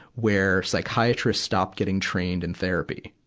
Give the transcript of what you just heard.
where psychiatrists stopped getting trained in therapy.